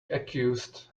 accused